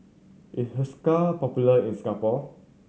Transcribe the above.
is Hiruscar popular in Singapore